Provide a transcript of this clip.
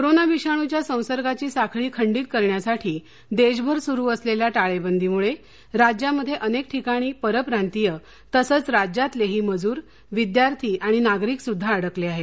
corona विषाणूच्या संसर्गाची साखळी खंडित करण्यासाठी देशभर सुरु असलेल्या टाळेबंदीमुळे राज्यामध्ये अनेक ठिकाणी परप्रांतीय तसंच राज्यातलेही मजूर विद्यार्थी आणि नागरिकसुद्धा अडकले आहेत